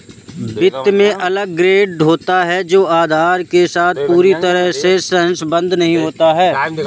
वित्त में अलग ग्रेड होता है जो आधार के साथ पूरी तरह से सहसंबद्ध नहीं होता है